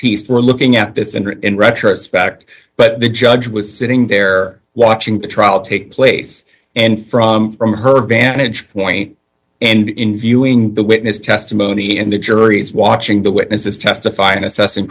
baptist we're looking at this in retrospect but the judge was sitting there watching the trial take place and from her vantage point and in viewing the witness testimony and the jury's watching the witnesses testify and assessing